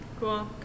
Cool